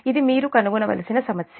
ఇది మీరు కనుగొనవలసిన సమస్య